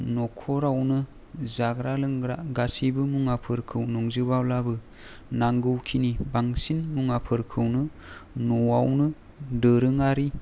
न'खरावनो जाग्रा लोंग्रा गासैबो मुवाफोरखौ नंजोबाब्लाबो नांगौखिनि बांसिन मुवाफोरखौनो न'आवनो दोरोङारि